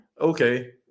Okay